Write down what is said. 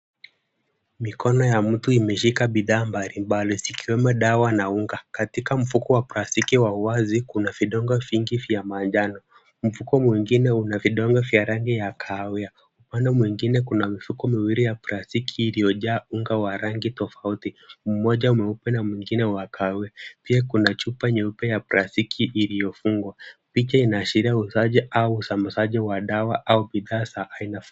Mikono ya mtu imeshika bidhaa mbalimbali zikiwemo dawa na unga, katika mfuko wa plastiki wa uwazi kuna vidonge vingi vya manjano. Mfuko mwingine una vidonge vya rangi ya kahawia. Upande mwingine kuna mifuko miwili ya plastiki iliyojaa unga wa rangi tofauti. Mmoja mweupe na mwingine wa kahawia. Pia kuna chupa nyeupe ya plastiki iliyofungwa. Picha inaashiria uuzaji au usambazaji wa dawa au bidhaa za aina fulani.